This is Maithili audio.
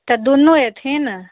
तऽ दुनू अयथिन